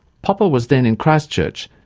popper was then in christchurch,